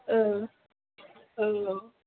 औ औ